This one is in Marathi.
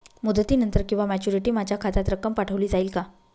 मुदतीनंतर किंवा मॅच्युरिटी माझ्या खात्यात रक्कम पाठवली जाईल का?